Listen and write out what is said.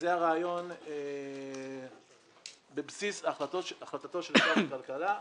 זה הרעיון בבסיס החלטתו של שר הכלכלה,